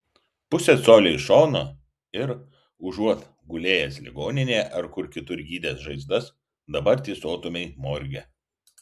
pusė colio į šoną ir užuot gulėjęs ligoninėje ar kur kitur gydęs žaizdas dabar tysotumei morge